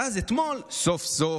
ואז, אתמול, סוף-סוף,